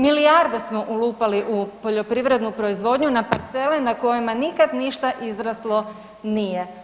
Milijarde smo ulupali u poljoprivrednu proizvodnju na parcele na kojima nikad ništa izraslo nije.